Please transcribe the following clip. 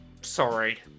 sorry